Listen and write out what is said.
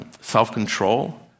self-control